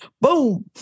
Boom